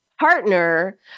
partner